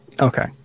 Okay